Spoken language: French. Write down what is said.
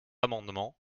amendement